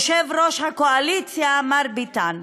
יושב-ראש הקואליציה מר ביטן.